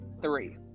three